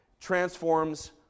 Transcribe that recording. transforms